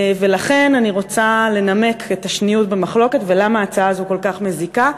ולכן אני רוצה לנמק את השניוּת במחלוקת ולמה ההצעה הזו כל כך מזיקה,